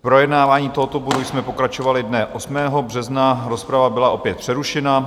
V projednávání tohoto bodu jsme pokračovali dne 8. března, rozprava byla opět přerušena.